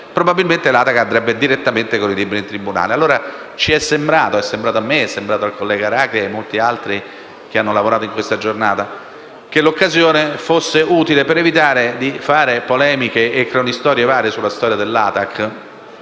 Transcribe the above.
probabilmente l'ATAC andrebbe direttamente con i libri in tribunale. Ci è quindi sembrato - è sembrato a me, al collega Aracri e a molti altri che hanno lavorato in questa giornata - che l'occasione fosse utile per evitare di fare polemiche e cronistorie varie sulla storia dell'ATAC,